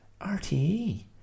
RTE